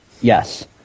Yes